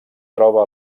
troba